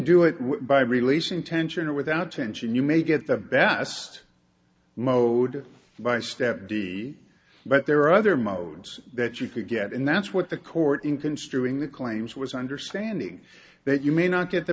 do it by releasing tension or without tension you may get them best mode by step di but there are other modes that you could get and that's what the court in construing the claims was understanding that you may not get the